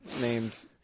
named